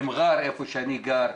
במראר, איפה שאני גר,